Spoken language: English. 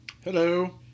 Hello